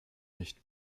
nicht